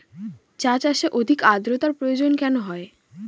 চা চাষে অধিক আদ্রর্তার প্রয়োজন কেন হয়?